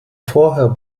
vorher